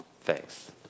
Thanks